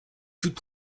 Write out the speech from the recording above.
toutes